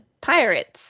Pirates